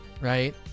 right